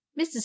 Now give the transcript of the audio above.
Mrs